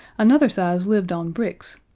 another size lived on bricks,